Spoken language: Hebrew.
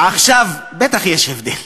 בטח שיש הבדל.